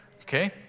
Okay